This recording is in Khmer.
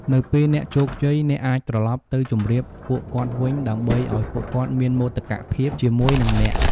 នៅពេលអ្នកជោគជ័យ អ្នកអាចត្រឡប់ទៅជម្រាបពួកគាត់វិញ ដើម្បីឲ្យពួកគាត់មានមោទកភាពជាមួយនឹងអ្នក។